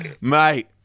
Mate